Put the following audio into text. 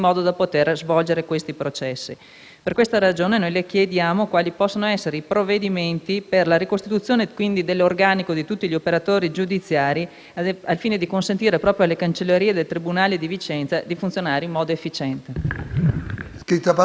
Per questa ragione le chiediamo quali possano essere i provvedimenti per la ricostituzione dell'organico di tutti gli operatori giudiziari al fine di consentire alle cancellerie del tribunale di Vicenza di funzionare in modo efficiente.